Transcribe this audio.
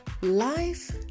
life